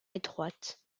étroite